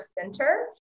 center